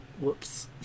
whoops